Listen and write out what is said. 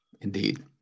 Indeed